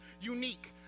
unique